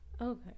Okay